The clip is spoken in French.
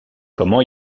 comment